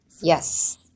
Yes